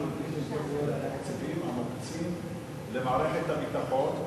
אנחנו יודעים התקציבים המוקצים למערכת הביטחון,